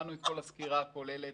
שמענו את הסקירה הכוללת.